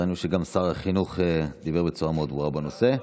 ראינו שגם שר החינוך דיבר בצורה מאוד ברורה בנושא.